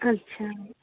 अच्छा